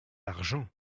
argent